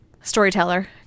storyteller